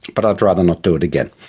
but i'd rather not do it again.